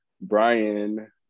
Brian